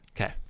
Okay